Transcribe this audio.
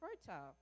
fertile